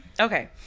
Okay